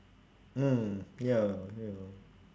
mm ya ya